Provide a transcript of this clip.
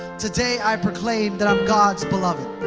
today, i proclaim that i'm god's beloved,